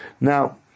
Now